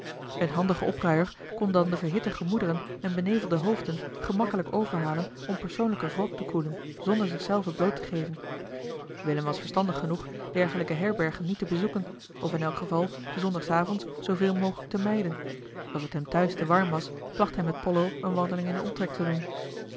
een handige opruier kon dan de verhitte gemoederen en benevelde hoofden gemakkelijk overhalen om persoonlijke wrok te koelen zonder zichzelven bloot te geven willem was verstandig genoeg dergelijke herbergen niet te bezoeken of in elk geval ze zondagsavonds zooveel mogelijk te mijden als het hem thuis te warm was placht hij met pollo eene wandeling in den omtrek te doen